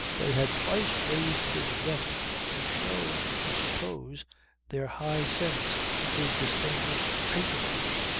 they had twice raised his rent to show i suppose their high sense of his distinguished patronage.